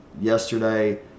Yesterday